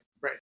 Right